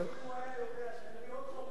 אם הוא היה יודע שאני אביא עוד חוק כזה,